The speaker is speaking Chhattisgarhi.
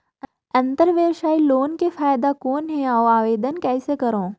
अंतरव्यवसायी लोन के फाइदा कौन हे? अउ आवेदन कइसे करव?